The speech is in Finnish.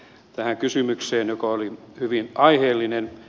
tähän kysymykseen joka oli hyvin aiheellinen